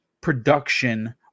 production